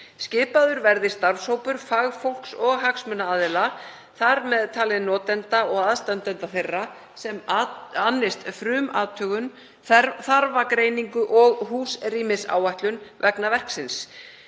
Skipaður verði starfshópur fagfólks og hagsmunaaðila, þar með talið notenda og aðstandenda þeirra, sem annist frumathugun, þarfagreiningu og húsrýmisáætlun vegna verksins,